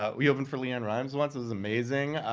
ah we opened for leanne rimes once, it was amazing.